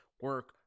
Work